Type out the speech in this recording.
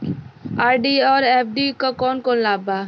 RD और FD क कौन कौन लाभ बा?